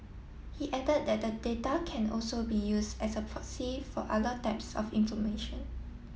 he added that the data can also be use as a proxy for other types of information